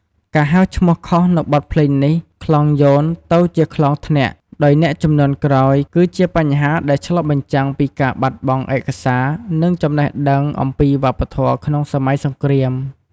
ការហៅឈ្មោះខុសនូវបទភ្លេងនេះ ខ្លងយោន ទៅជាខ្លងធ្នាក់ ដោយអ្នកជំនាន់ក្រោយ គឺជាបញ្ហាដែលឆ្លុះបញ្ចាំងពីការបាត់បង់ឯកសារ និងចំណេះដឹងអំពីវប្បធម៌ក្នុងសម័យសង្គ្រាម។